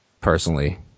Personally